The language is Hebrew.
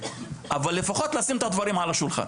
אבל לפחות לשים את הדברים על השולחן.